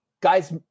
guys